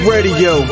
Radio